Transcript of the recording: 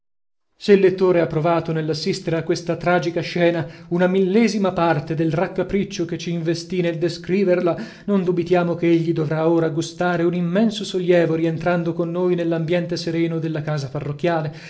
se il lettore ha provato nell'assistere a questa tragica scena una millesima parte del raccapriccio che ci investì nel descriverla non dubitiamo ch'egli dovrà ora gustare un immenso sollievo rientrando con noi nell'ambiente sereno della casa parrocchiale